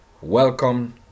welcome